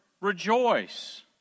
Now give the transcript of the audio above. rejoice